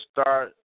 start